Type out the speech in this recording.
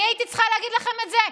אני הייתי צריכה להגיד לכם את זה?